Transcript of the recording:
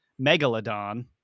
Megalodon